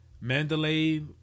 Mandalay